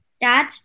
Dad